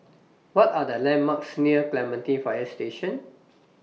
What Are The landmarks near Clementi Fire Station